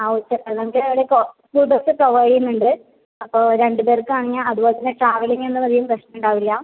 ആ സാർ നമുക്ക് ഇവിട കുറച്ച് ബസ്സ് പ്രൊവൈഡ് ചെയ്യുന്നുണ്ട് അപ്പം രണ്ട് പേർക്ക് ആണെങ്കീ അതുപോലത്തന്നെ ട്രാവലിംഗ് എന്ന നിലയിൽ പ്രശ്നം ഉണ്ടാവില്ല